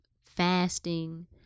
fasting